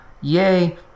Yay